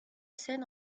seine